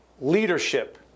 leadership